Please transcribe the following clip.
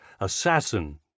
assassin